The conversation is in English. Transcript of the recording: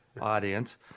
audience